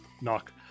Knock